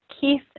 Keith